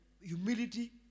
humility